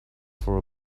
for